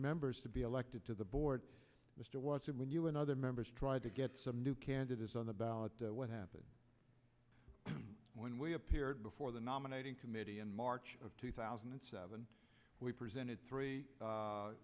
members to be elected to the board mr was it when you and other members tried to get some new candidates on the ballot what happened when we appeared before the nominating committee in march of two thousand and seven we presented three